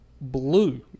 blue